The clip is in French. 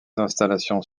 installations